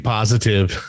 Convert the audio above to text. positive